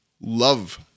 Love